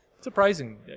Surprising